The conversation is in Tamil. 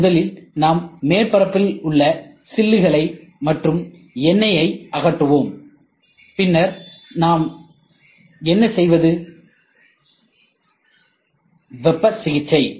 முதலில் நாம் மேற்பரப்பில் உள்ள சில்லுகளை மற்றும் எண்ணெயை அகற்றுவோம் பின்னர் நாம் என்ன செய்வது வெப்ப சிகிச்சை